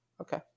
Okay